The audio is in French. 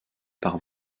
par